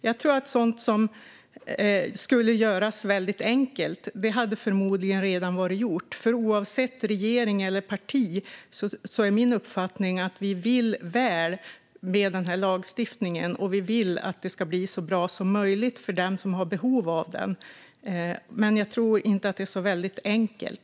Jag tror att sådant som hade varit mycket enkelt att göra hade förmodligen redan varit gjort. Oavsett regering eller parti är min uppfattning att vi alla vill väl med denna lagstiftning och att vi vill att det ska bli så bra som möjligt för den som har behov av den. Men jag tror inte att det är så väldigt enkelt.